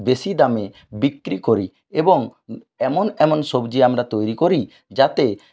বেশি দামে বিক্রি করি এবং এমন এমন সবজি আমরা তৈরি করি যাতে